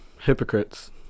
Hypocrites